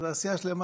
תעשייה שלמה.